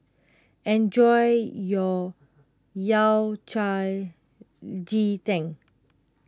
enjoy your Yao Cai Ji Tang